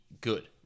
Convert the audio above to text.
good